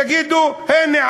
יגידו: הנה,